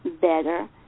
better